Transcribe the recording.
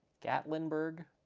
gatlinburg